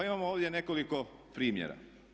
Pa imamo ovdje nekoliko primjera.